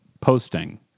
Posting